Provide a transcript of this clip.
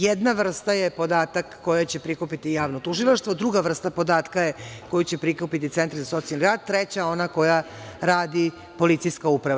Jedna vrsta je podatak koje će prikupiti javno tužilaštvo, drugu vrstu podatka će prikupiti centar za socijalni rad, treća je ona koju radi policijska uprava.